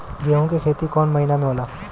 गेहूं के खेती कौन महीना में होला?